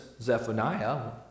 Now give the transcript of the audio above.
Zephaniah